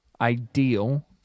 ideal